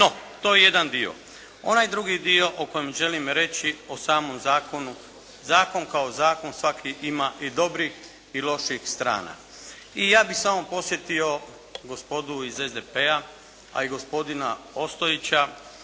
No, to je jedan dio. Onaj drugi dio o kojem želi reći o samom zakonu, zakon kao zakon svaki ima i dobrih i loših strana. I ja bih samo posjetio gospodu iz SDP-a, a i gospodina Ostojića,